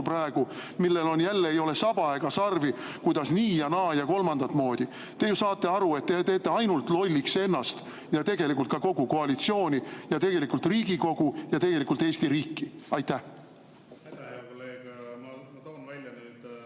juttu, millel jälle ei ole saba ega sarvi, kuidas nii- ja naa- ja kolmandat moodi. Te ju saate aru, et te ainult teete lolliks ennast ja tegelikult ka kogu koalitsiooni ja tegelikult Riigikogu ja tegelikult Eesti riiki.